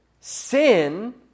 sin